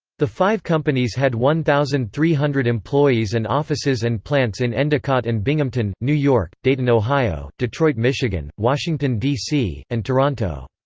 the five companies had one thousand three hundred employees and offices and plants in endicott and binghamton, new york dayton, ohio detroit, michigan washington, d c. and toronto.